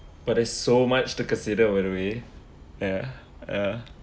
but there's so much to consider by the way ya uh